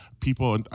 people